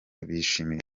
bishimira